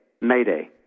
Mayday